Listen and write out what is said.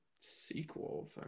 sequel